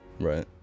Right